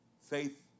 Faith